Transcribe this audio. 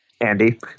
Andy